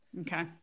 okay